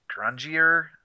grungier